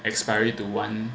expiring to one